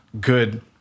good